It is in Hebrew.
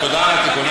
תודה על התיקון.